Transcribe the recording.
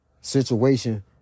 situation